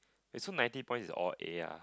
eh so ninety points is all A lah